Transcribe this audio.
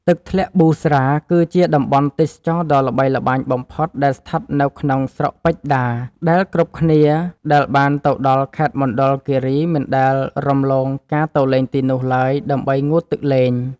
ទឹកធ្លាក់ប៊ូស្រា គឺជាតំបន់ទេសចរណ៍ដ៏ល្បីល្បាញបំផុតដែលស្ថិតនៅក្នុងស្រុកពេជ្រដា ដែលគ្រប់គ្នាដែលបានទៅដល់ខេត្តមណ្ឌលគីរីមិនដែលរំលងការទៅលេងទីនោះឡើយដើម្បីងូតទឹកលេង។